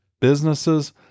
businesses